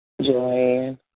Joanne